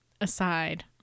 aside